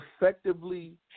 effectively